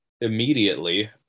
immediately